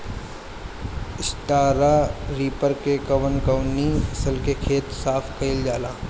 Straw reaper से कवन कवनी फसल के खेत साफ कयील जाला?